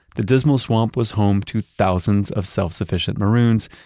the dismal swamp was home to thousands of self-sufficient maroons,